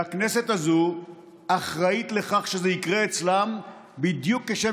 והכנסת הזו אחראית לכך שזה יקרה אצלם בדיוק כשם